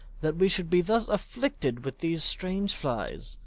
that we should be thus afflicted with these strange flies,